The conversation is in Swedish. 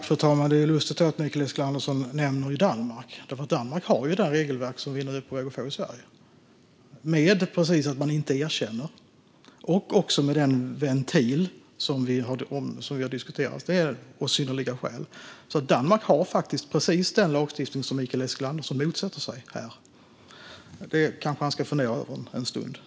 Fru talman! Det är lustigt att Mikael Eskilandersson nämner Danmark. Danmark har det regelverk som vi nu är på väg att få i Sverige, med att man inte erkänner månggiften samt med den ventil som vi har diskuterat och synnerliga skäl. Danmark har faktiskt precis den lagstiftning som Mikael Eskilandersson motsätter sig här; det kanske han ska fundera över en stund.